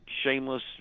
shameless